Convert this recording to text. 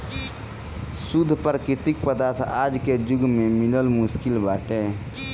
शुद्ध प्राकृतिक पदार्थ आज के जुग में मिलल मुश्किल बाटे